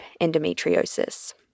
endometriosis